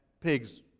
pigs